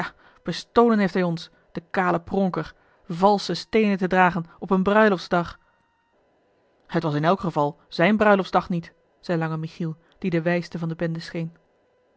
bestolen heeft hij ons de kale pronker valsche steenen te dragen op een bruiloftsdag het was in elk geval zijn bruiloftsdag niet zeî lange michiel die de wijste van de bende scheen